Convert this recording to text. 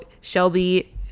Shelby